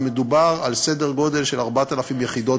ומדובר על סדר גודל של 4,000 יחידות